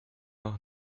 noch